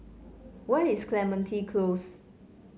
where is Clementi Close